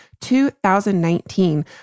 2019